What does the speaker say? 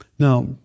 Now